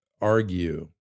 argue